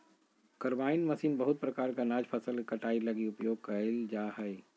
combine मशीन बहुत प्रकार के अनाज फसल के कटाई लगी उपयोग कयल जा हइ